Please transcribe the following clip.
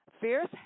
Fierce